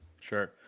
Sure